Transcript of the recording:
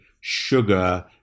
sugar